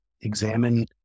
examine